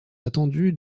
attendu